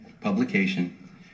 publication